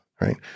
right